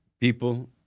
people